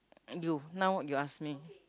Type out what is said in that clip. and you now you ask me